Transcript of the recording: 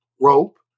rope